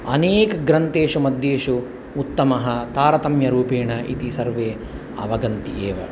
अनेकग्रन्थेषु मध्येषु उत्तमः तारतम्यरूपेण इति सर्वे अवगच्छन्ति एव